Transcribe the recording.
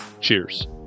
cheers